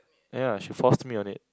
ya she forced me on it